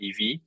EV